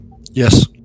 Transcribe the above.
yes